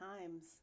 times